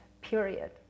period